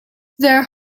their